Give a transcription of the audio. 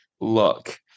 look